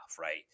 right